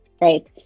right